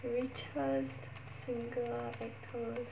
richest single actors